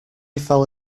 fell